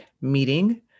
meeting